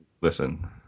listen